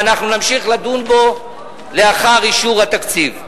ואנחנו נמשיך לדון בזה לאחר אישור התקציב.